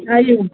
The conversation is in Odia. ଆଜ୍ଞା